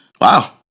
Wow